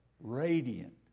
radiant